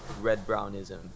red-brownism